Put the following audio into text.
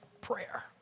prayer